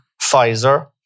Pfizer